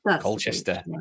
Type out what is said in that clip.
Colchester